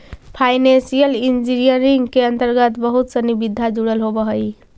financial engineering के अंतर्गत बहुत सनि विधा जुडल होवऽ हई